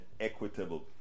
equitable